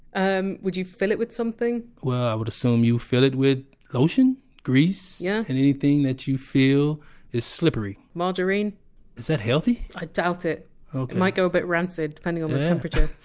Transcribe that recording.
um would you fill it with something? i would assume you fill it with lotion, grease, yeah and anything that you feel is slippery margarine? is that healthy? i doubt it it might go a bit rancid depending on the temperature